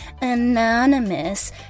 anonymous